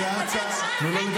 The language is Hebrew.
תהיה שתי דקות כמו פוגל.